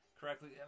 correctly